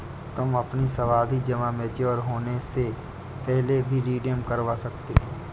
तुम अपनी सावधि जमा मैच्योर होने से पहले भी रिडीम करवा सकते हो